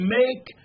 make